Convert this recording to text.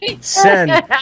send